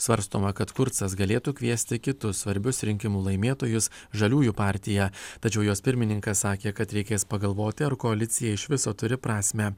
svarstoma kad kurcas galėtų kviesti kitus svarbius rinkimų laimėtojus žaliųjų partiją tačiau jos pirmininkas sakė kad reikės pagalvoti ar koalicija iš viso turi prasmę